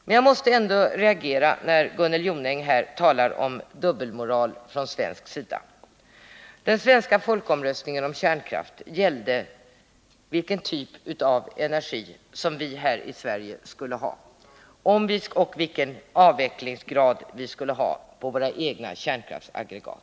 Men jag måste ändå reagera när Gunnel Jonäng talar om dubbelmoral från svensk sida. Den svenska folkomröstningen om kärnkraften gällde vilken typ av energi som vi vill ha här i Sverige och avvecklingsgraden när det gäller våra egna kärnkraftsaggregat.